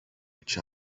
each